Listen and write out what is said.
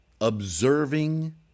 Observing